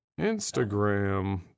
Instagram